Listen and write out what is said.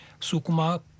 Sukuma